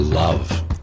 Love